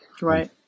Right